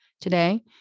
today